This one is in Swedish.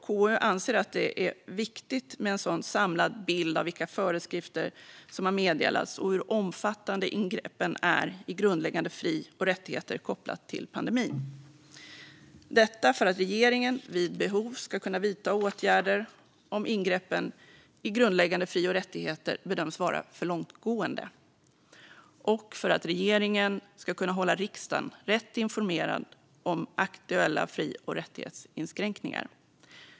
KU anser att det är viktigt med en samlad bild av vilka föreskrifter som har meddelats och hur omfattande ingreppen i grundläggande fri och rättigheter är kopplat till pandemin, detta för att regeringen vid behov ska kunna vidta åtgärder om ingreppen i grundläggande fri och rättigheter bedöms vara för långtgående och för att regeringen ska kunna hålla riksdagen rätt informerad om aktuella fri och rättighetsinskränkningar.